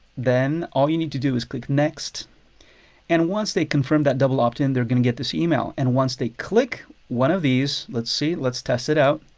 then all you need to do is click next and once they confirm that double opt-in they're gonna get this email. and once they click one of these let's see let's test it out.